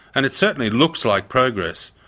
and it certainly looks like progress,